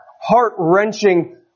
heart-wrenching